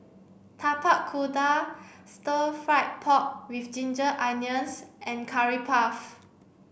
Tapak Kuda stir fried pork with ginger onions and curry puff